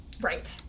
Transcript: right